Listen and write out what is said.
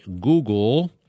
Google